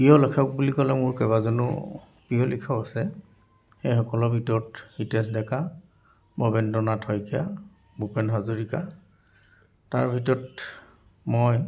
প্ৰিয় লেখক বুলি ক'লে মোৰ কেইবাজনো প্ৰিয় লিখক আছে সেইসকলৰ ভিতৰত হিতেশ ডেকা ভবেন্দ্ৰনাথ শাইকীয়া ভূপেন হাজৰিকা তাৰ ভিতৰত মই